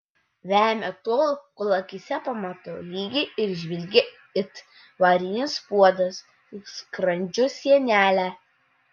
vemia tol kol akyse pamato lygią ir žvilgią it varinis puodas skrandžio sienelę